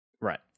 Right